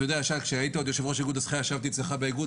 כשהיית עוד יושב-ראש איגוד השחייה ישבתי אצלך באיגוד